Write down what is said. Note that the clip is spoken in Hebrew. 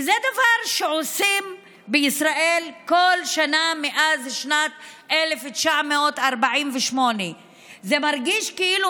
כי זה דבר שעושים בישראל כל שנה מאז שנת 1948. זה מרגיש כאילו